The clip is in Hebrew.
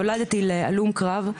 נולדתי להלום קרב.